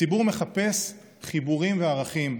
הציבור מחפש חיבורים וערכים,